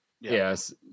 Yes